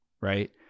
right